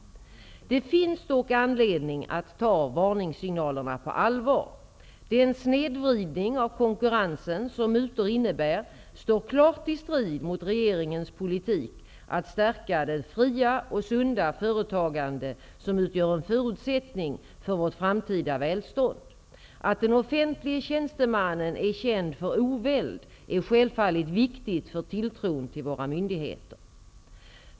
Det finns dock anledning att ta varningssignalerna på allvar. Den snedvridning av konkurrensen som mutor innebär står klart i strid mot regeringens politik att stärka det fria och sunda företagande som utgör en förutsättning för vårt framtida välstånd. Att den offentlige tjänstemannen är känd för oväld är självfallet viktigt för tilltron till våra myndigheter.